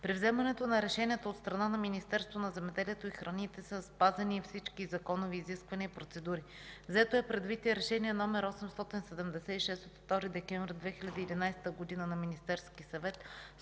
При вземането на решенията от страна на Министерството на земеделието и храните са спазени и всички законови изисквания и процедури. Взето е предвид и Решение № 876 от 2 декември 2011 г. на Министерския съвет,